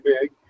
big